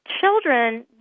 children